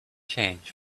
change